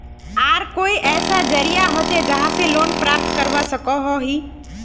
आर कोई ऐसा जरिया होचे जहा से लोन प्राप्त करवा सकोहो ही?